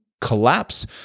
collapse